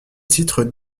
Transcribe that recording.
titres